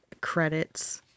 credits